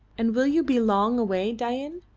and will you be long away, dain?